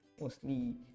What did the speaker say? Mostly